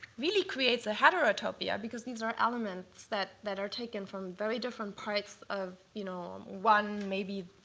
really creates a heterotopia, because these are are elements that that are taken from very different parts of you know one, maybe,